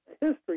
history